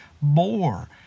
more